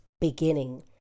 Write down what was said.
beginning